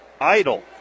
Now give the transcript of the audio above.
idle